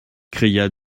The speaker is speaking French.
cria